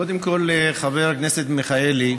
קודם כול, חבר הכנסת מיכאלי,